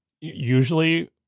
usually